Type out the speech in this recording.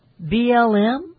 BLM